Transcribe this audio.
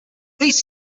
these